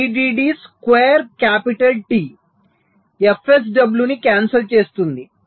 C VDD square capital T fSW ని cancel చేస్తుంది